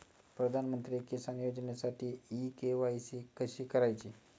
प्रधानमंत्री किसान योजनेसाठी इ के.वाय.सी कशी करायची?